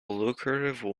lucrative